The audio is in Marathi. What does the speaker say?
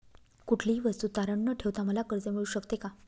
कुठलीही वस्तू तारण न ठेवता मला कर्ज मिळू शकते का?